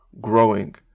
growing